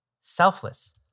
selfless